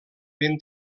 ben